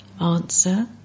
Answer